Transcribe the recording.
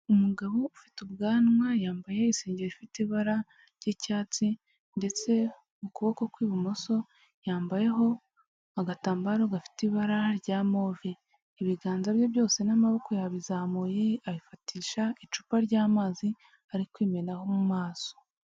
Umugabo ufite ubwanwa, yambaye isengeri ifite ibara ry'icyatsi ndetse ku kuboko kw'ibumoso yambayeho agatambaro gafite ibara rya move. Ibiganza bye byose n'amaboko yabizamuye abifatisha icupa ry'amazi ari kwimenaho mu maso.